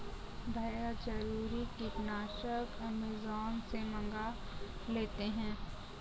भैया जरूरी कीटनाशक अमेजॉन से मंगा लेते हैं